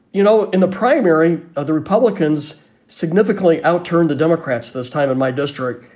you know, in the primary, ah the republicans significantly outturn the democrats, this time in my district,